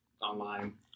online